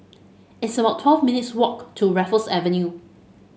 it's about twelve minutes' walk to Raffles Avenue